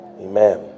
amen